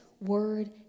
word